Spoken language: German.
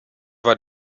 war